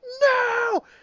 no